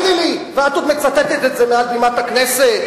ואת עוד מצטטת את זה מעל במת הכנסת?